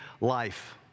life